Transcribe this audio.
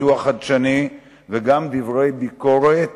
פיתוח חדשני וגם דברי ביקורת